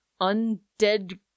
undead